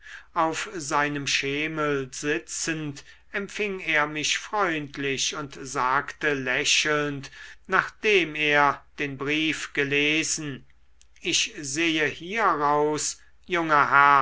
auf seinem schemel sitzend empfing er mich freundlich und sagte lächelnd nachdem er den brief gelesen ich sehe hieraus junger